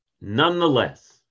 Nonetheless